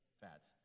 fats